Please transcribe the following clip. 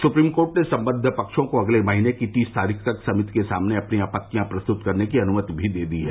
supreme Court ने सम्बद्ध पक्षों को अगले महीने की तीस तारीख तक समिति के सामने अपनी आपत्तियां प्रस्तुत करने की अनुमति भी दे दी है